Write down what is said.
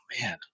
man